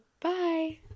Bye